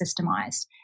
systemized